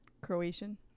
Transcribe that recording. Croatian